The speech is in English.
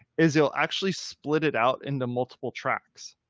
is they'll actually split it out into multiple tracks,